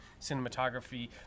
cinematography